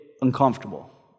uncomfortable